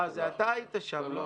זה אתה היית שם, לא?